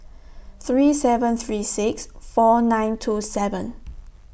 three seven three six four nine two seven